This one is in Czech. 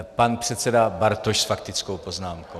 Pan předseda Bartoš s faktickou poznámkou.